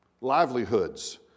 Livelihoods